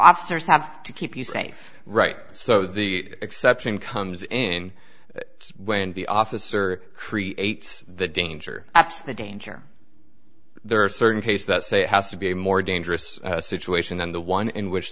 officers have to keep you safe right so the exception comes in when the officer creates the danger absent the danger there are certain cases that say it has to be a more dangerous situation than the one in which